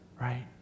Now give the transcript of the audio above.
right